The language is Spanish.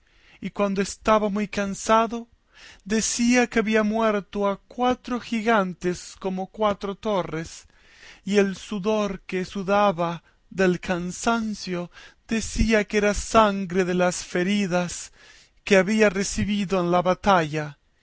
y cuando estaba muy cansado decía que había muerto a cuatro gigantes como cuatro torres y el sudor que sudaba del cansancio decía que era sangre de las feridas que había recebido en la batalla